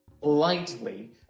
lightly